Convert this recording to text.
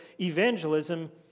evangelism